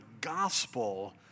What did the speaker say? gospel